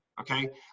okay